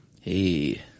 Hey